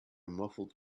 muffled